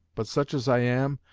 but such as i am,